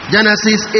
Genesis